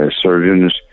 surgeons